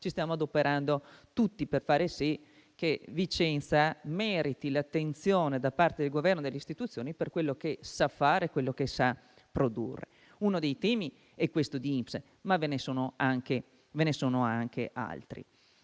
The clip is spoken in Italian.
ci stiamo adoperando tutti per far sì che Vicenza meriti l'attenzione del Governo e delle istituzioni per quello che sa fare e produrre. Uno dei temi è quello dell'INPS, ma ve ne sono anche altri.